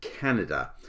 Canada